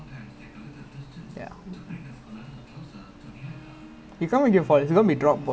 ya lah that kind of ball damn hard to kick legit how you because if you hit the